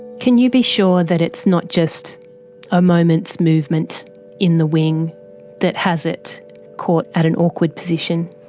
can you be sure that it's not just a moment's movement in the wing that has it caught at an awkward position?